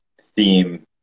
theme